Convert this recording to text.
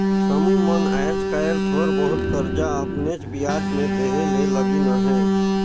समुह मन आएज काएल थोर बहुत करजा अपनेच बियाज में देहे ले लगिन अहें